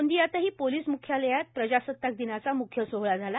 गोंदियातही police म्ख्यालयात प्रजासत्ताक दिनाचा मुख्य सोहळा झाला